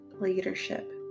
leadership